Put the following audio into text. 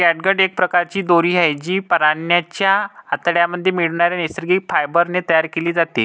catgut एक प्रकारची दोरी आहे, जी प्राण्यांच्या आतड्यांमध्ये मिळणाऱ्या नैसर्गिक फायबर ने तयार केली जाते